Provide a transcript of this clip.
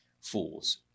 fools